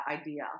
idea